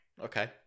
Okay